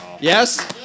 Yes